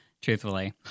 truthfully